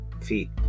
feet